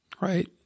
right